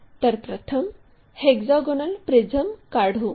तर प्रथम hexagonal prism काढू